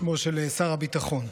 בשמו של שר הביטחון,